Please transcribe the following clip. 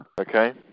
Okay